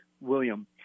William